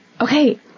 Okay